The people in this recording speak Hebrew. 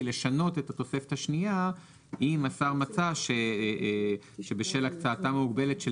לשנות את התוספת השנייה אם השר מצא שבשל הקצאתם המוגבלת